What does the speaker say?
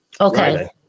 okay